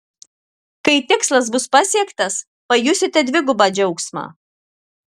kai tikslas bus pasiektas pajusite dvigubą džiaugsmą